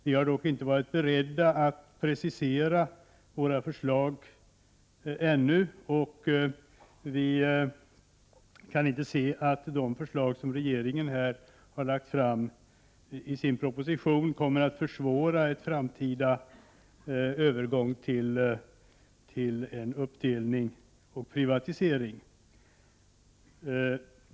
Vi har dock ännu inte varit beredda att precisera våra förslag, och vi kan inte se att propositionsförslagen kommer att försvåra framtida uppdelning och privatisering.